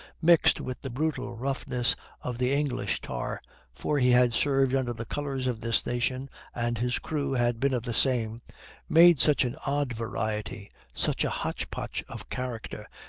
mixed with the brutal roughness of the english tar for he had served under the colors of this nation and his crew had been of the same made such an odd variety, such a hotch-potch of character,